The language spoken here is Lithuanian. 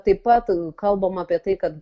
taip pat kalbama apie tai kad